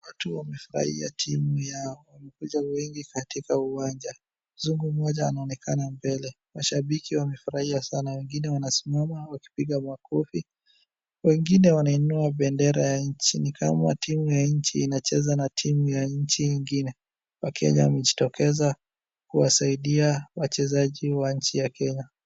Watu wamefurahia timu yao, wamekuja wengi katika uwanja, mzungu mmoja anaonekana mbele. Mashabiki wamefurahia sana, wengine wanasimama wakipiga makofi, wengine wanainua bendera ya nchi, ni kama timu ya nchi, inacheza na timu ya nchi ingine. Wakenya wamejitokeza kuwasaidia wachezaji wa nchi ya Kenya